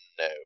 no